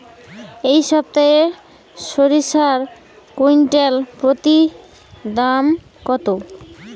এই সপ্তাহে সরিষার কুইন্টাল প্রতি দাম কত?